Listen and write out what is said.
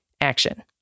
action